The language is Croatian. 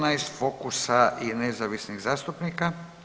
14., Fokusa i nezavisnih zastupnika.